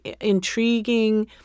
intriguing